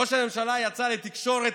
ראש הממשלה יצא לתקשורת,